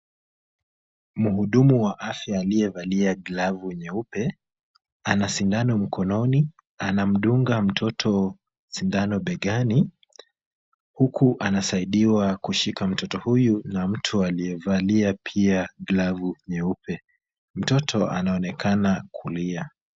Mhudumu wa afya aliyevalia glavu nyeupe ana sindano mkononi. Anamdunga mtoto sindano begani huku anasaidiwa kushika mtoto huyu na mtu aliyevalia pia glavu nyeupe. Mtoto anaonekana kulia.